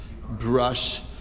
brush